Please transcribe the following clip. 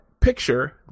picture